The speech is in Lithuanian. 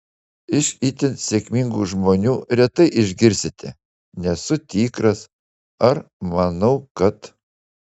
iš itin sėkmingų žmonių retai išgirsite nesu tikras ar manau kad